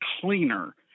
cleaner